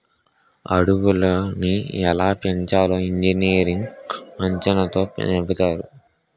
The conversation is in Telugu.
అడవులని ఎలా పెంచాలో ఇంజనీర్లు అంచనాతో చెబుతారు